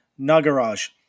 Nagaraj